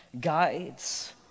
guides